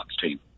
team